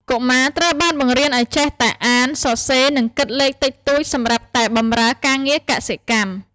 កុមារត្រូវបានបង្រៀនឱ្យចេះតែ «អាន សរសេរ និងគិតលេខ» តិចតួចសម្រាប់តែបម្រើការងារកសិកម្ម។